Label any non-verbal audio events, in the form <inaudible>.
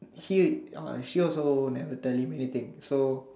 she <breath> uh she also never tele me anything so